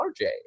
RJ